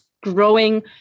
growing